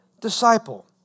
disciple